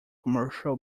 commercial